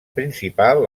principal